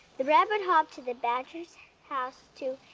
the rabbit hopped to the badger's house to